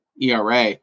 ERA